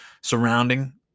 surrounding